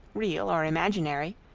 real or imaginary,